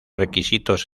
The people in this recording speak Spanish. requisitos